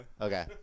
Okay